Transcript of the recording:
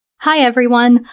hi everyone,